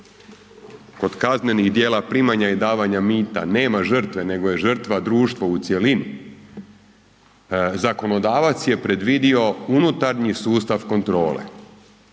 kod kaznenih djela primanja i davanja mita nema žrtve nego je žrtva društva u cjelini, zakonodavac je predvidio unutarnji sustav kontrole.